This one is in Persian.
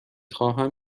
خواهم